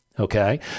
Okay